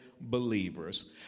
believers